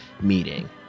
meeting